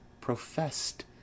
professed